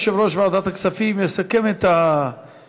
אדוני יושב-ראש ועדת הכספים יסכם את הדיון,